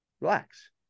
Relax